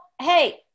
Hey